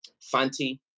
Fanti